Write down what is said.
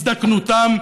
הזדקנותם,